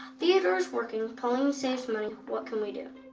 theodore is working, pauline saves money, what can we do?